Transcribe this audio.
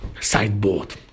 sideboard